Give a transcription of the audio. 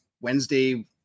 Wednesday